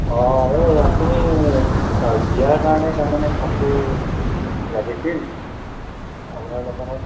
অঁ সেই আপুনি বিয়াৰ কাৰণে তাৰমানে কাপোৰ লাগিছিল আপোনাৰ দোকানত